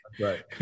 Right